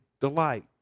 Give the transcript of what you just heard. delight